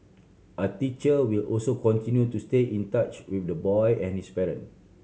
a teacher will also continue to stay in touch with the boy and his parent